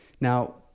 Now